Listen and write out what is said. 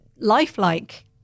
lifelike